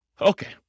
Okay